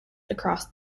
across